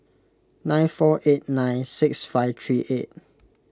nine four eight nine six five three eight